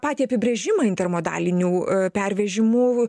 patį apibrėžimą intermodalinių pervežimų